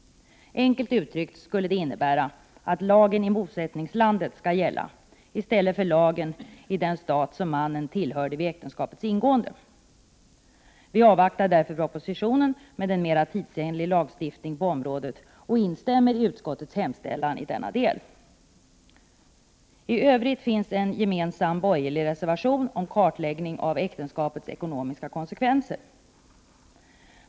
Enkelt uttryckt skulle det innebära att lagen i bosättningslandet skall gälla i stället för lagen i den stat som mannen tillhörde vid äktenskapets ingående. Vi avvaktar därför en proposition med en mera tidsenlig lagstiftning på området och instämmer i utskottets hemställan i denna del. I övrigt finns en gemensam borgerlig reservation om kartläggning av äktenskapets ekonomiska konsekvenser.